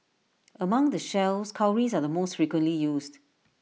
among the shells cowries are the most frequently used